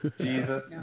Jesus